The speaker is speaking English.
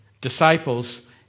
disciples